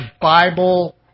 Bible